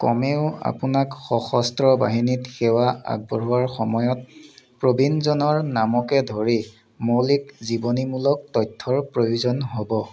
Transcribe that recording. কমেও আপোনাক সশস্ত্ৰ বাহিনীত সেৱা আগবঢ়োৱাৰ সময়ত প্ৰবীণজনৰ নামকে ধৰি মৌলিক জীৱনীমূলক তথ্যৰ প্ৰয়োজন হ'ব